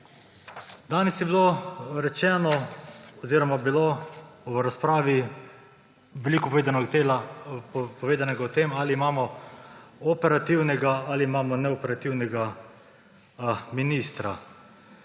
Danes je bilo rečeno oziroma bilo v razpravo veliko povedanega o tem, ali imamo operativnega ali imamo neoperativnega ministra.